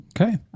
Okay